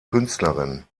künstlerin